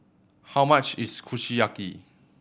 how much is Kushiyaki